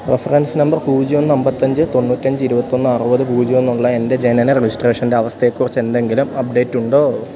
reference number പൂജ്യം ന്ന് അമ്പത്തഞ്ച് തൊണ്ണൂറ്റഞ്ച് ഇരുപത്തൊന്ന് അറുപത് പുജ്യം എന്നുള്ള എൻറ്റെ ജനന രജിസ്ട്രേഷൻറ്റെ അവസ്ഥയെക്കുറിച്ച് എന്തെങ്കിലും അപ്ഡേറ്റ് ഉണ്ടോ